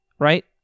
Right